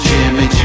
Jimmy